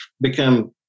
become